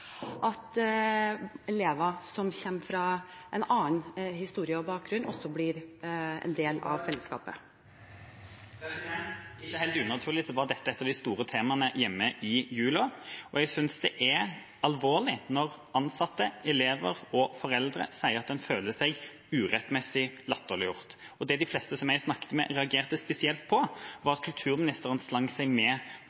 at elever som har en annen historie og bakgrunn, blir en del av fellesskapet. Ikke helt unaturlig var dette et av de store temaene hjemme i jula, og jeg synes det er alvorlig når ansatte, elever og foreldre sier at de føler seg urettmessig latterliggjort. Det de fleste jeg snakket med, reagerte spesielt på, var